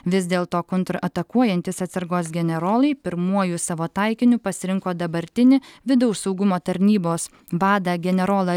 vis dėl to kontratakuojantys atsargos generolai pirmuoju savo taikiniu pasirinko dabartinį vidaus saugumo tarnybos vadą generolą